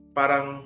parang